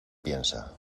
piensa